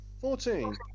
Fourteen